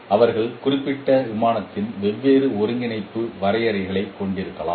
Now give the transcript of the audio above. அவர்கள் குறிப்பிட்ட விமானத்தில் வெவ்வேறு ஒருங்கிணைப்பு வரையறைகளைக் கொண்டிருக்கலாம்